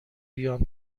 بیام